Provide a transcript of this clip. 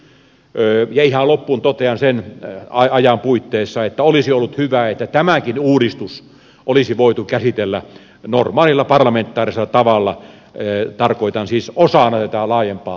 ihan loppuun totean sen ajan puitteissa että olisi ollut hyvä että tämäkin uudistus olisi voitu käsitellä normaalilla parlamentaarisella tavalla tarkoitan siis osana tätä laajempaa selontekoa